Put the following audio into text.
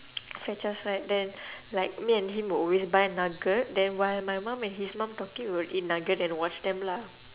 fetch us right then like me and him would always buy nugget then while my mum and his mum talking we'll eat nugget and watch them lah